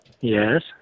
Yes